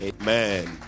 amen